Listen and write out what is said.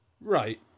Right